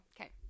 Okay